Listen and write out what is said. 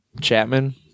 Chapman